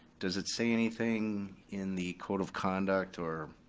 does it say anything in the code of conduct, or,